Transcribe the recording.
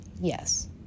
yes